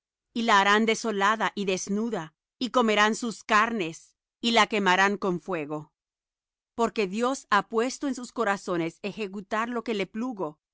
y la harán desolada y desnuda y comerán sus carnes y la quemarán con fuego porque dios ha puesto en sus corazones ejecutar lo que le plugo y